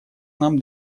нам